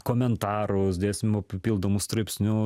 komentarus dėsim papildomus straipsniu